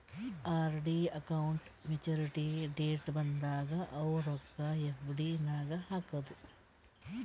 RD account maturity date ಬಂದಾಗ ಅವು ರೊಕ್ಕಾ ಎಫ್.ಡಿ ನಾಗ್ ಹಾಕದು